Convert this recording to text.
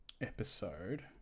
episode